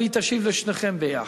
והיא תשיב לשניכם ביחד,